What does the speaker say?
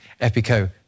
EPICO